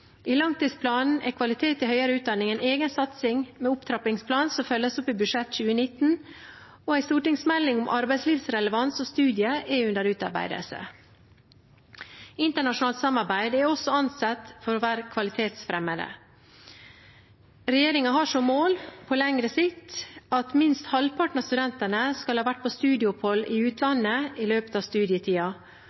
I langtidsplanen er kvalitet i høyere utdanning en egen satsing, med en opptrappingsplan som følges opp i budsjettet for 2019, og en stortingsmelding om arbeidslivsrelevans og studier er under utarbeidelse. Internasjonalt samarbeid er også ansett for å være kvalitetsfremmende. Regjeringen har som mål på lengre sikt at minst halvparten av studentene skal ha vært på studieopphold i utlandet i løpet av